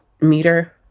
meter